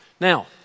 Now